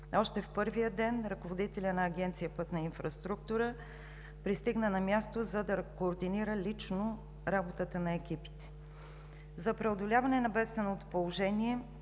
Още в първия ден ръководителят на Агенция „Пътна инфраструктура“ пристигна на място, за да координира лично работата на екипите. За преодоляване на бедственото положение